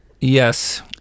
yes